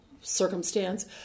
circumstance